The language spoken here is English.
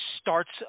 starts